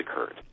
occurred